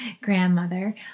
grandmother